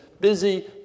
busy